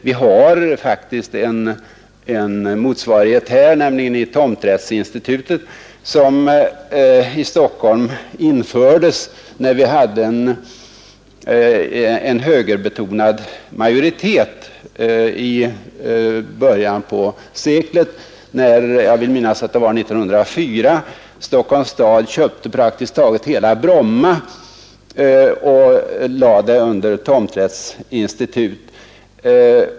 Vi har faktiskt en motsvarighet här, nämligen tomträttsinstitutet som infördes i Stockholm när vi där hade en högerbetonad regim i början av seklet, då Stockholms stad — jag vill minnas att det var 1904 — köpte praktiskt taget hela Bromma och lade det under tomträttsinstitutet.